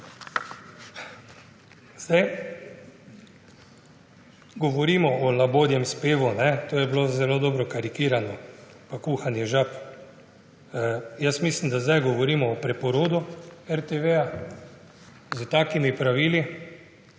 Zdaj govorimo o labodjem spevu, to je bilo zelo dobro karikirano. Pa kuhanje žab. Jaz mislim, da zdaj govorimo o preporodu RTV s takimi pravili,